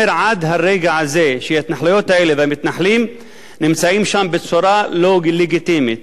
עד הרגע הזה שההתנחלויות האלה והמתנחלים נמצאים שם בצורה לא לגיטימית.